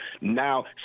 now